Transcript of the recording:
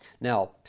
now